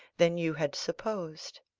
than you had supposed.